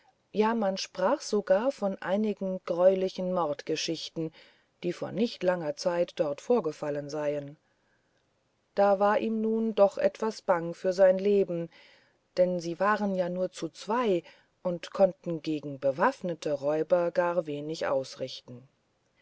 ja man sprach sogar von einigen greulichen mordgeschichten die vor nicht langer zeit dort vorgefallen seien da war ihm nun doch etwas bange für sein leben denn sie waren ja nur zu zwei und konnten gegen bewaffnete räuber gar wenig ausrichten